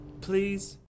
Please